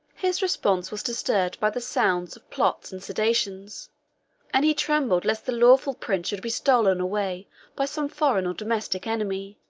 his repose was disturbed by the sound of plots and seditions and he trembled lest the lawful prince should be stolen away by some foreign or domestic enemy,